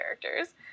characters